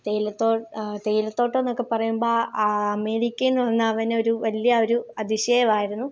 തേയിലത്തോട്ടം തേയിലത്തോട്ടം എന്നൊക്കെ പറയുമ്പോൾ ആ അമേരിക്കയിൽ നിന്ന് വന്ന അവന് ഒരു വലിയ ഒരു അതിശയമായിരുന്നു